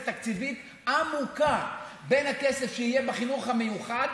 תקציבית עמוקה בין הכסף שיהיה בחינוך המיוחד,